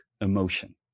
emotion